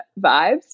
vibes